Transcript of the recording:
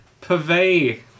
purvey